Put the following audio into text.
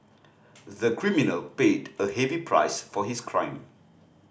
the criminal paid a heavy price for his crime